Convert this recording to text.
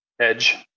edge